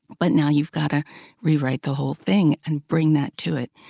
but now you've got to rewrite the whole thing and bring that to it.